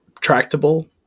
tractable